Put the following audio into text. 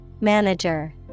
Manager